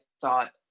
thought